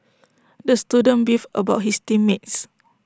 the student beefed about his team mates